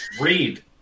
Read